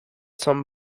some